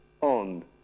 on